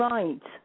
Right